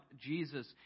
Jesus